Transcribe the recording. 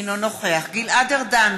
אינו נוכח גלעד ארדן,